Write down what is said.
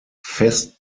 fest